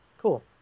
cool